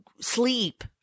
sleep